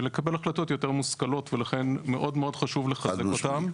ולקבל החלטות יותר מושכלות ולכן מאוד מאוד חשוב לחזק אותם.